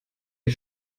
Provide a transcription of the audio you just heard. ich